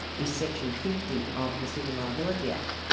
is section fifty of the civil liability act.